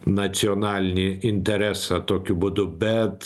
nacionalinį interesą tokiu būdu bet